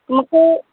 मूंखे